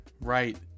Right